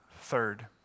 Third